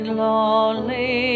lonely